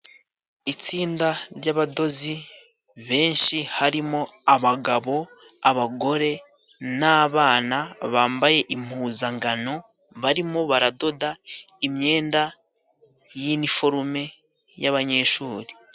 Itsinda ry'abadozi benshi harimo: abagabo ,abagore n'abana bambaye impuzangano barimo baradoda imyenda yiniforume y'abanyeshuri.